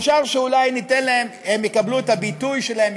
אפשר שהן יקבלו את הביטוי שלהן,